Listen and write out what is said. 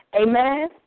Amen